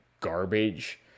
garbage